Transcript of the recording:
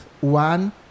One